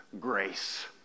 grace